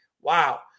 Wow